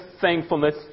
thankfulness